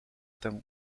temu